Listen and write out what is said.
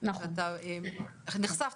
קצת